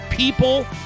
People